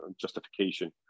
justification